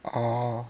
oh